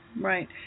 right